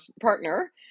partner